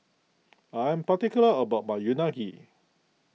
I am particular about my Unagi